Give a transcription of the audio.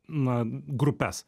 na grupes